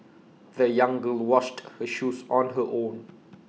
the young girl washed her shoes on her own